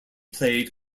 played